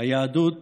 היהדות